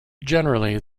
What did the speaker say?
generally